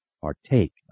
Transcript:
partake